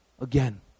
again